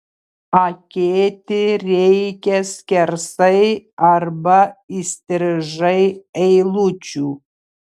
akėti reikia skersai arba įstrižai eilučių